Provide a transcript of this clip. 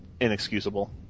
inexcusable